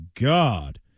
God